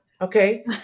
Okay